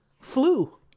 flu